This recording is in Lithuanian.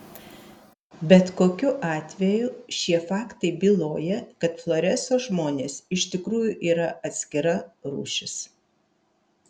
bet kokiu atveju šie faktai byloja kad floreso žmonės iš tikrųjų yra atskira rūšis